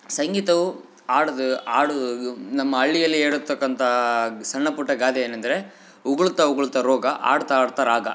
ಸಂಗೀತವು ಹಾಡ್ದು ಹಾಡು ನಮ್ಮ ಹಳ್ಳಿಯಲ್ಲಿ ಹೇಳಿರ್ತಕ್ಕಂಥ ಸಣ್ಣ ಪುಟ್ಟ ಗಾದೆ ಏನೆಂದರೆ ಉಗುಳ್ತಾ ಉಗುಳ್ತಾ ರೋಗ ಹಾಡ್ತಾ ಹಾಡ್ತಾ ರಾಗ